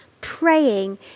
praying